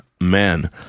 men